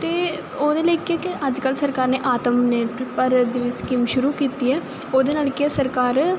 ਤੇ ਉਹਦੇ ਲਈ ਇੱਕ ਇੱਕ ਅੱਜ ਕੱਲ ਸਰਕਾਰ ਨੇ ਆਤਮ ਨਿਰਭਰ ਜਿਵੇਂ ਸਕੀਮ ਸ਼ੁਰੂ ਕੀਤੀ ਹੈ ਉਹਦੇ ਨਾਲ ਕੀ ਹੈ ਸਰਕਾਰ